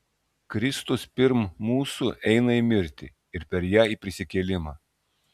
kristus pirm mūsų eina į mirtį ir per ją į prisikėlimą